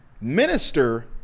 minister